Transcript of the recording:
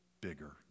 bigger